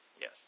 Yes